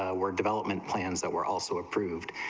ah were development plans that were also approved,